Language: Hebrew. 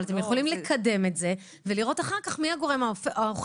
אבל אתם יכולים לקדם את זה ולראות אחר כך מי הגורם האוכף.